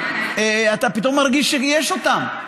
אתה פתאום מרגיש שיש אותם.